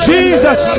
Jesus